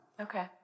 Okay